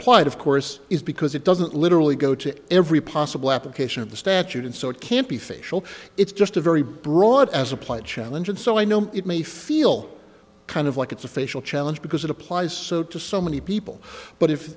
applied of course is because it doesn't literally go to every possible application of the statute and so it can't be facial it's just a very broad as applied challenge and so i know it may feel kind of like it's a facial challenge because it applies so to so many people but if